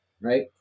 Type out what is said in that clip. right